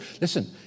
Listen